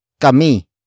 Kami